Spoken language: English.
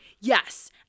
Yes